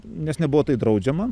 nes nebuvo tai draudžiama